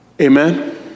Amen